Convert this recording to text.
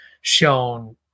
shown